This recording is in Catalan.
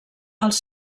als